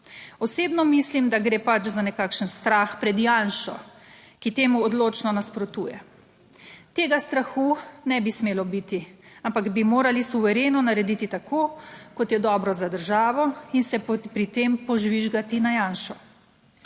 Osebno mislim, da gre pač za nekakšen strah pred Janšo, ki temu odločno nasprotuje. Tega strahu ne bi smelo biti, ampak bi morali suvereno narediti tako, kot je dobro za državo in se pri tem požvižgati na Janšo.